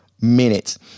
minutes